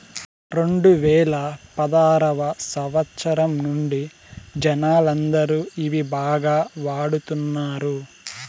రెండువేల పదారవ సంవచ్చరం నుండి జనాలందరూ ఇవి బాగా వాడుతున్నారు